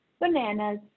bananas